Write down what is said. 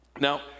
Now